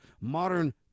modern